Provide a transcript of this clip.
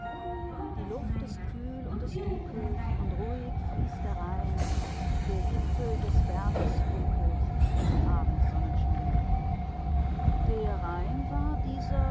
die luft ist kühl und es dunkelt und ruhig fließt der rhein der gipfel des berges funkelt im abendsonnenschein der rhein war dieser